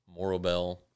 Morobell